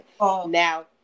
Now